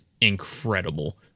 incredible